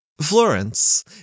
Florence